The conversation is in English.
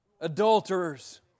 adulterers